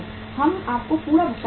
हम आपको पूरा भुगतान करेंगे